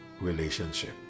relationship